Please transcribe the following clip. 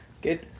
Good